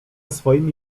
swoimi